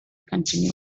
continued